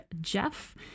jeff